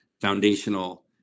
foundational